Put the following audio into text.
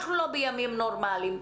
אנחנו לא בימים נורמליים,